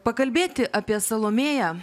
pakalbėti apie salomėją